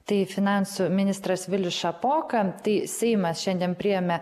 tai finansų ministras vilius šapoka tai seimas šiandien priėmė